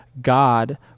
God